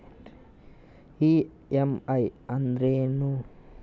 EMI ಅಂದ್ರೇನು?